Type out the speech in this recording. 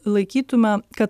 laikytume kad